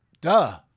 Duh